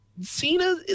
Cena